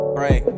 Pray